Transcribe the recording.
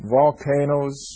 volcanoes